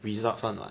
results [one] [what]